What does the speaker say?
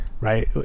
Right